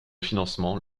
financement